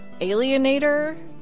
Alienator